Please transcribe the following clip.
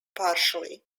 partially